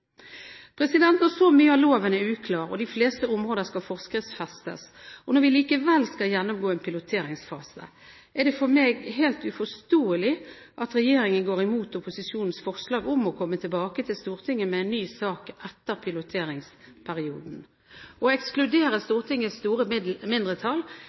Når så mye av loven er uklar og de fleste områder skal forskriftsfestes, og når vi likevel skal gjennomgå en piloteringsfase, er det for meg helt uforståelig at regjeringen går imot opposisjonens forslag om å komme tilbake til Stortinget med en ny sak etter piloteringsperioden. Å ekskludere Stortingets store mindretall